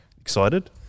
Excited